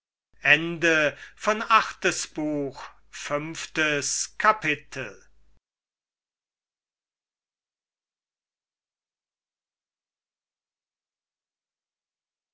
achtes buch erstes kapitel